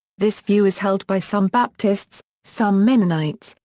this view is held by some baptists, some mennonites,